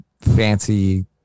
fancy